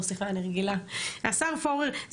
השר פורר,